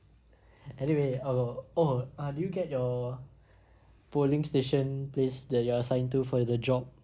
anyway err oh ah did you get your polling station place that you assigned to for the job